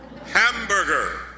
Hamburger